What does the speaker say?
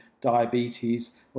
diabetes